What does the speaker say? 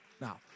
Now